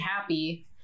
happy